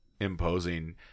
imposing